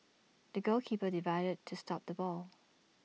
the goalkeeper dived to stop the ball